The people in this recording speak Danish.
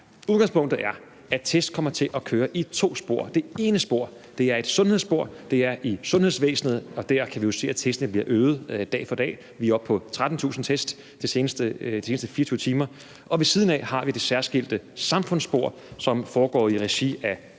Udgangspunktet er, at test kommer til at køre i to spor. Det ene spor er et sundhedsspor, som er i sundhedsvæsenet, og der kan vi jo se, at antallet af test bliver øget dag for dag. Vi er oppe på 13.000 test de seneste 24 timer. Og ved siden af har vi det særskilte samfundsspor, som foregår i regi af